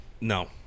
No